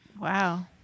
Wow